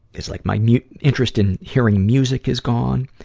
it's like my mu, interest in hearing music is gone.